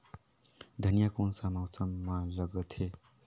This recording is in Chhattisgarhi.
धनिया कोन सा मौसम मां लगथे?